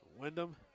Wyndham